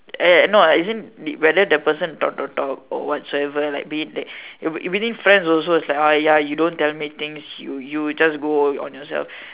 eh no as in did whether the person talk talk talk or whatsoever like be it it within friends also it's like ah ya you don't tell me things you you just go on on yourself